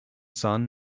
son